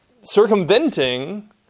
circumventing